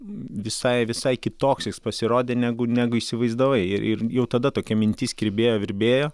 visai visai kitoks jis pasirodė negu negu įsivaizdavai ir ir jau tada tokia mintis kirbėjo virbėjo